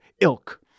ilk